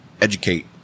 educate